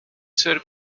ser